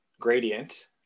gradient